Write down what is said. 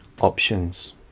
options